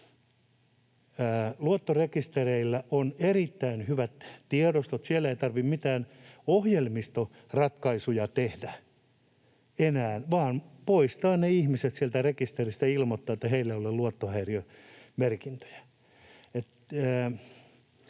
Luottorekistereillä on erittäin hyvät tiedostot, siellä ei tarvitse mitään ohjelmistoratkaisuja enää tehdä vaan poistaa ne ihmiset sieltä rekisteristä ja ilmoittaa, että heillä ei ole luottohäiriömerkintöjä.